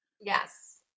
Yes